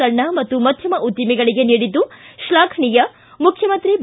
ಸಣ್ಣ ಮತ್ತು ಮಧ್ಯಮ ಉದ್ಯಮಿಗಳಿಗೆ ನೀಡಿದ್ದು ಶ್ಲಾಫನೀಯ ಮುಖ್ಯಮಂತ್ರಿ ಬಿ